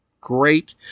great